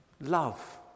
love